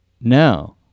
No